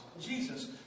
Jesus